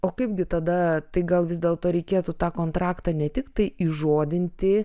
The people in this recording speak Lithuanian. o kaipgi tada tai gal vis dėlto reikėtų tą kontraktą ne tiktai įžodinti